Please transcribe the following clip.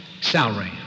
salary